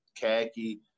khaki